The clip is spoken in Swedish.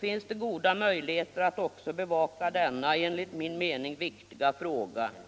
finns det goda möjligheter att också bevaka denna enligt min mening viktiga fråga.